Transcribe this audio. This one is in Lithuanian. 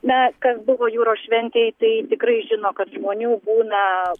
na kas buvo jūros šventėj tai tikrai žino kad žmonių būna